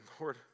Lord